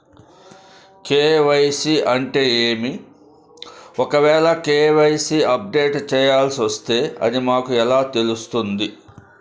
KYC అంటే ఏమి? ఒకవేల కె.వై.సి అప్డేట్ చేయాల్సొస్తే అది మాకు ఎలా తెలుస్తాది?